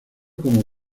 como